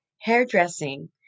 hairdressing